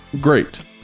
Great